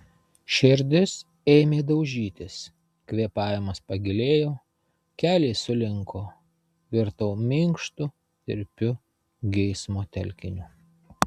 širdis ėmė daužytis kvėpavimas pagilėjo keliai sulinko virtau minkštu tirpiu geismo telkiniu